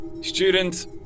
Students